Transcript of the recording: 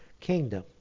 kingdom